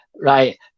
right